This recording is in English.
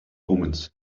omens